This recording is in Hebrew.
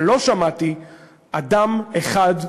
אבל לא שמעתי אדם אחד,